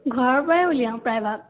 ঘৰৰপৰাই উলিয়াও প্ৰায়ভাগ